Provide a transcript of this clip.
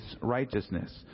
righteousness